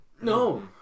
No